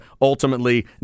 ultimately